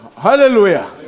Hallelujah